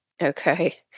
Okay